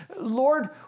Lord